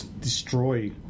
destroy